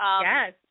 Yes